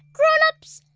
grown-ups,